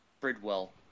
Bridwell